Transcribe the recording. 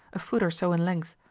a foot or so in length,